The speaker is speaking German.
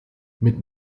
mit